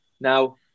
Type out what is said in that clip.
now